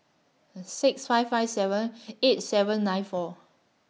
six five five seven eight seven nine four